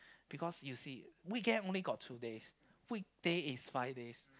because you see weekend only got two days weekday is five days